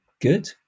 Good